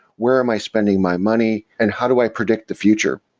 where am i spending my money? and how do i predict the future?